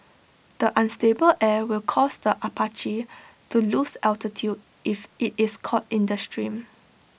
the unstable air will cause the Apache to lose altitude if IT is caught in the stream